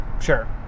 sure